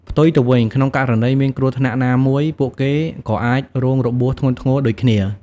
ផ្ទុយទៅវិញ ក្នុងករណីមានគ្រោះថ្នាក់ណាមួយ ពួកគេក៏អាចរងរបួសធ្ងន់ធ្ងរដូចគ្នា។